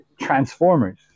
Transformers